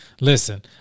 Listen